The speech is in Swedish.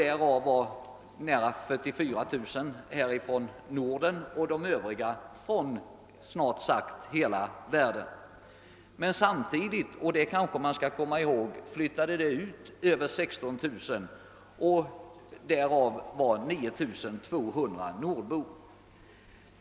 Därav kom nära 44 000 från de nordiska länderna och de övriga från snart sagt hela världen. Men samtidigt — det kanske man också skall komma ihåg — flyttade ut över 16 000 personer och därav var 9200 nordbor.